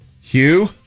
Hugh